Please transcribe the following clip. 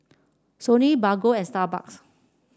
Sony Bargo and Starbucks